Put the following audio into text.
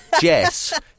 Jess